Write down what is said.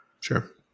Sure